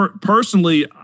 Personally